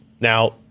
now